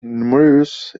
numerous